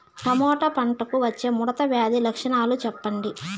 Tomato పంటకు వచ్చే ముడత వ్యాధి లక్షణాలు చెప్పండి?